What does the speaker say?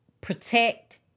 protect